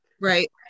right